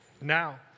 now